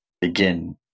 begin